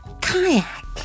kayak